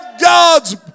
God's